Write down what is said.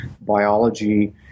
biology